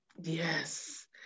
Yes